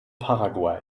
paraguay